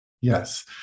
yes